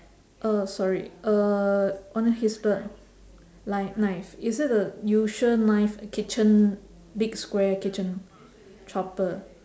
uh sorry uh on his the like knife is it a usual knife kitchen big square kitchen chopper